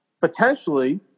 potentially